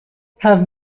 have